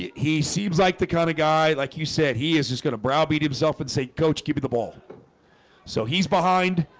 he seems like the kind of guy like you said he is just gonna brow beat himself and say coach get me the ball so he's behind